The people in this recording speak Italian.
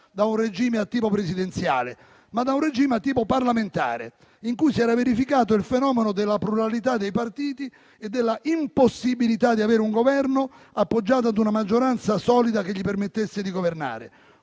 da un regime a tipo presidenziale, ma da un regime a tipo parlamentare (…) in cui si era verificato il fenomeno della pluralità dei partiti e della impossibilità di avere un Governo appoggiato da una maggioranza solida che gli permettesse di governare».